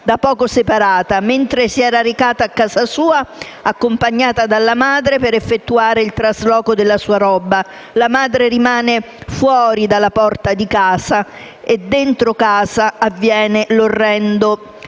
da poco separata, mentre si era recata a casa sua, accompagnata dalla madre, per effettuare il trasloco della sua roba. La madre rimane fuori dalla porta di casa e dentro avviene l'orrendo femminicidio.